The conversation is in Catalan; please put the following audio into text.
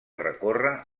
recorre